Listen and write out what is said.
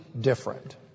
different